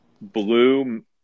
blue